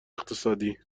اقتصادی